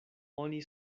oni